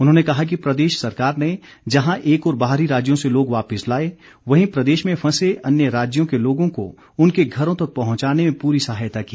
उन्होंने कहा कि प्रदेश सरकार ने जहां एक ओर बाहरी राज्यों से लोग वापिस लाए वहीं प्रदेश में फंसे अन्य राज्यों के लोगों को उनके घरों तक पहुंचाने में पूरी सहायता की